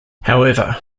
however